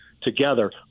together